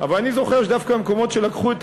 אבל אני זוכר שדווקא במקומות שלקחו את